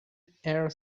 her